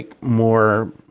more